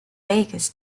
vegas